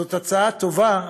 זאת הצעה טובה,